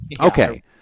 okay